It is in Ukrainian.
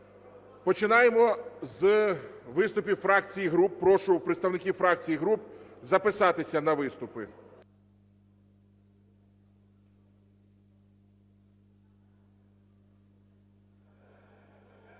Починаємо з виступів фракцій і груп, прошу представників фракцій і груп записатися на виступи.